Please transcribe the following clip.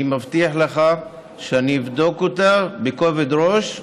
אני מבטיח לך שאבדוק אותה בכובד ראש.